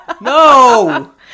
No